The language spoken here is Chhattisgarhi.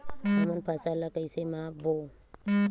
हमन फसल ला कइसे माप बो?